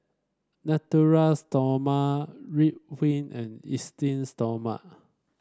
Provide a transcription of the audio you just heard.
Natura Stoma Ridwind and Esteem Stoma